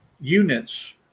units